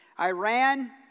Iran